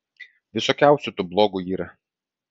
visokiausių tų blogų yra